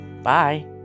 Bye